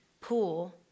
pool